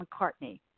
mccartney